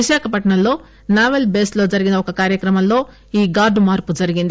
విశాఖపట్నంలో naval base లో జరిగిన ఒక కార్యక్రమంలో ఈ గార్డు మార్పు జరిగింది